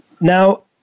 Now